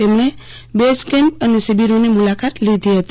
તેમણે બેઝકેમ્પ અને શિબિરોની મુલાકાત લીધી હતી